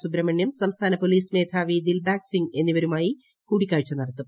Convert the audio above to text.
സുബ്രഹ്മണ്യം സംസ്ഥാന പോലീസ് മേധാവി ദിൽബാഗ് സിംഗ് എന്നിവരുമായി കൂടിക്കാഴ്ച നടത്തും